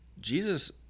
Jesus